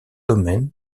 domaines